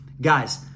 Guys